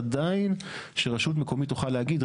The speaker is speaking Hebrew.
עדיין שרשות מקומית תוכל להגיד,